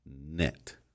net